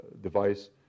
device